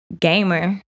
gamer